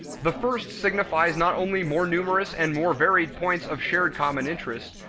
the first signifies not only more numerous and more varied points of shared common interest,